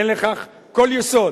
אין לכך כל יסוד.